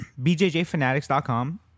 BJJFanatics.com